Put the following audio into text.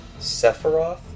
Sephiroth